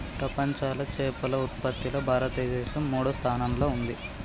ప్రపంచంలా చేపల ఉత్పత్తిలా భారతదేశం మూడో స్థానంలా ఉంది